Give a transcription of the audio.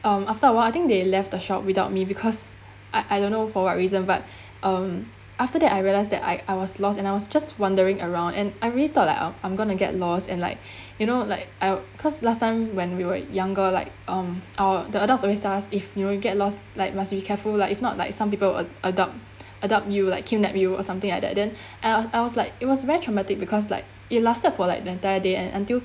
um after a while I think they left the shop without me because I I don't know for what reason but um after that I realise that I I was lost and I was just wondering around and I really thought like I I'm gonna get lost and like you know like I because last time when we were younger like um our the adults always ask if you were get lost like must be careful lah if not like some people adopt adopt you like kidnap you or something like that then and I was I was like it was very traumatic because like it lasted for like the entire day and until